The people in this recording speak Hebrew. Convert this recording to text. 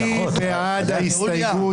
מי בעד ההסתייגות?